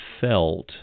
felt